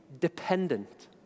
dependent